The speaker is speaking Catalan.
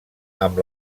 amb